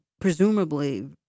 presumably